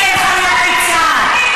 נגד חיילי צה"ל,